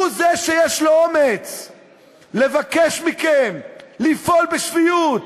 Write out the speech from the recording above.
הוא זה שיש לו אומץ לבקש מכם לפעול בשפיות,